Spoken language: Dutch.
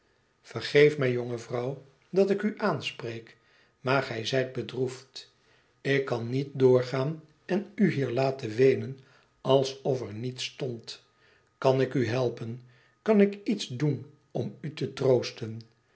vergeef mij jonge vrouw dat ik u aanspreek maar gij zijt bedroefd ik kan niet doorgaan en u hier laten weenen alsof er niets stond kan ik u helpen i kan ik iets doen om u te troosten